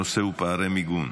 הנושא הוא פערי מיגון.